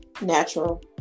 natural